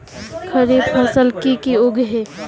खरीफ फसल की की उगैहे?